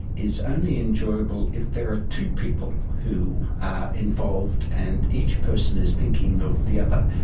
is only enjoyable if there are two people who are involved, and each person is thinking of the other.